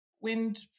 wind